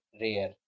rare